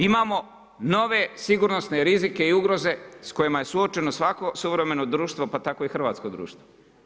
Imamo nove sigurnosne rizike i ugroze sa kojima je suočeno svako suvremeno društvo, pa tako i hrvatsko društvo.